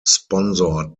sponsored